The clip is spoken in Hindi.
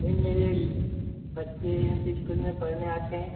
मैम मेरे बच्चे यूँ तो स्कूल में पढ़ने आते हैं